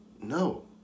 No